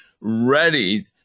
ready